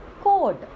code